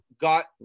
got